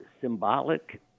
symbolic